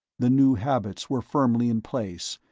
the new habits were firmly in place,